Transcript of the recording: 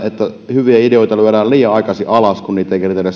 hyviä ideoita lyödään liian aikaisin alas kun niitä ei keretä